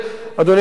אדוני היושב-ראש,